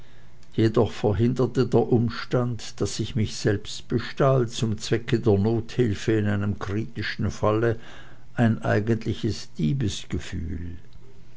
jedoch verhinderte der umstand daß ich mich selbst bestahl zum zwecke der nothilfe in einem kritischen falle ein eigentliches